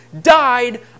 died